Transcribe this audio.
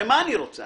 הרי מה אני רוצה?